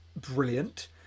brilliant